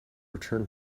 return